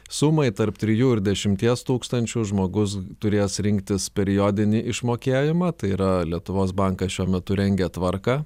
sumai tarp trijų ir dešimties tūkstančių žmogus turės rinktis periodinį išmokėjimą tai yra lietuvos bankas šiuo metu rengia tvarką